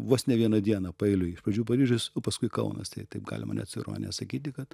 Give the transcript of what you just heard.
vos ne vieną dieną paeiliui iš pradžių paryžius o paskui kaunas tai taip galima net su ironija sakyti kad